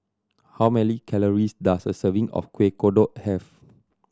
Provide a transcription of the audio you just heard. how many calories does a serving of Kueh Kodok have